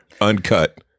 uncut